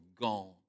gone